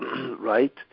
right